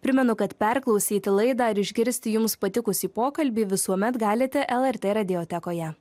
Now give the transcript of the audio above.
primenu kad perklausyti laidą ir išgirsti jums patikusį pokalbį visuomet galite lrt radiotekoje